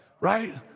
Right